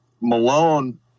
Malone